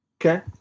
okay